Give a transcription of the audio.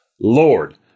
Lord